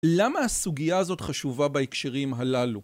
למה הסוגיה הזאת חשובה בהקשרים הללו?